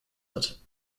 hat